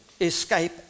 escape